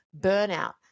burnout